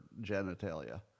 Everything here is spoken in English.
genitalia